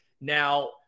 Now